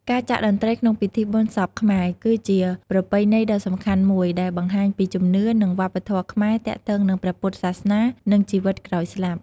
ការចាក់តន្ត្រីក្នុងពិធីបុណ្យសពខ្មែរ គឺជាប្រពៃណីដ៏សំខាន់មួយ ដែលបង្ហាញពីជំនឿ និងវប្បធម៌ខ្មែរទាក់ទងនឹងព្រះពុទ្ធសាសនា និងជីវិតក្រោយស្លាប់។